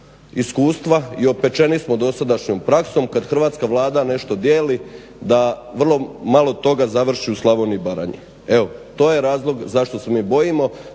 iskustva i opečeni smo dosadašnjom praksom kad hrvatska Vlada nešto dijeli da vrlo malo toga završi u Slavoniji i Baranji. Evo, to je razlog zašto se mi bojimo.